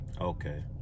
Okay